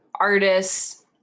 artists